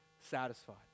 satisfied